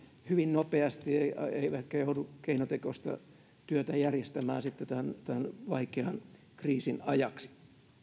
hyvin nopeasti eivätkä joudu keinotekoista työtä järjestämään tämän vaikean kriisin ajaksi